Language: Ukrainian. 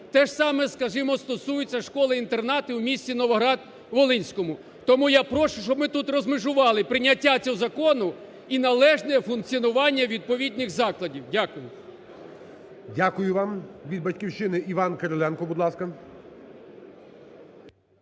Теж саме, скажімо, стосується школи-інтернат в місті Новоград-Волинському. Тому я прошу, щоб ми тут розмежували прийняття цього закону і належне функціонування відповідних закладів. Дякую. ГОЛОВУЮЧИЙ. Дякую вам. Від "Батьківщини" Іван Кириленко. Будь ласка.